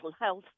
health